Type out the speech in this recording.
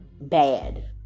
Bad